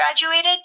graduated